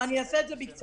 אני אעשה את זה בקצרה.